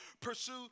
pursue